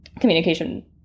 communication